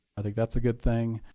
i think that's a good thing.